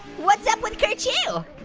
what's up with kerchoo?